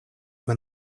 when